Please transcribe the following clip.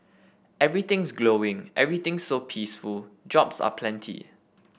everything's glowing everything's so peaceful jobs are plenty